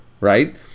Right